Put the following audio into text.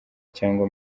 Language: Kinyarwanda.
cyangwa